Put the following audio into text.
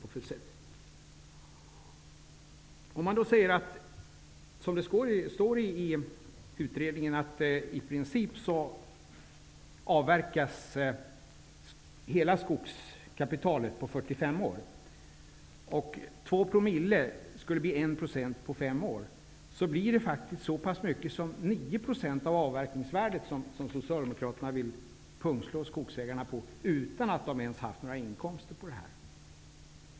I utredningen står det att i princip skulle hela skogskapitalet avverkas på 45 år. Två promille skulle bli 1 % på fem år. Det blir då faktiskt så mycket som 9 % av avverkningsvärdet som Socialdemokraterna vill pungslå skogsägarna på, utan att det ens har fått några inkomster.